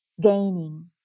gaining